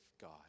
God